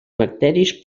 bacteris